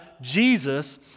Jesus